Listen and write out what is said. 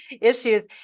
issues